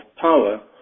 power